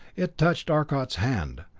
it touched arcot's hand,